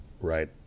right